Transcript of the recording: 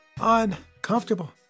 uncomfortable